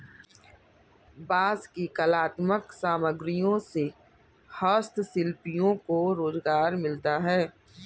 बाँस की कलात्मक सामग्रियों से हस्तशिल्पियों को रोजगार मिलता है